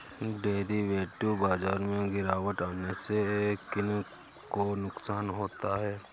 Derivative बाजार में गिरावट आने से किन को नुकसान होता है?